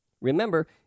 Remember